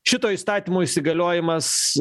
šito įstatymo įsigaliojimas